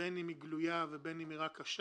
בים לעומת מה שאני --- זו הפונקציה של האכיפה